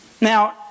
Now